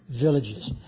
villages